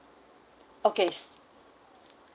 okay